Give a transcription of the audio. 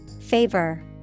Favor